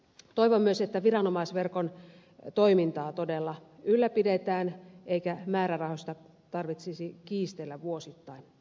toivon myös että viranomaisverkon toimintaa todella ylläpidetään eikä määrärahoista tarvitsisi kiistellä vuosittain